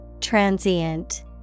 Transient